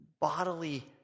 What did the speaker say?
bodily